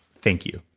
thank you